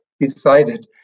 decided